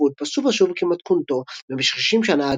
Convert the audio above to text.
והודפס שוב ושוב כמתכונתו במשך 60 שנה,